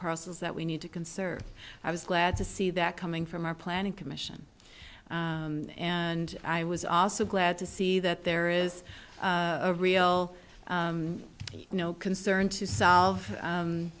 process that we need to conserve i was glad to see that coming from our planning commission and i was also glad to see that there is a real concern to solve